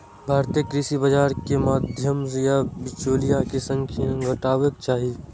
भारतीय कृषि बाजार मे मध्यस्थ या बिचौलिया के संख्या घटेबाक चाही